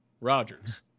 Rogers